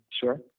sure